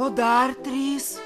o dar trys